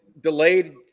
delayed